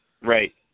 Right